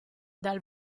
dal